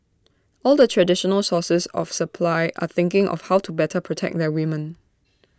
all the traditional sources of supply are thinking of how to better protect their women